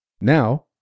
Now